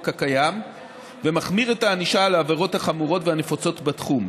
הקיים ומחמיר את הענישה על העבירות החמורות והנפוצות בתחום.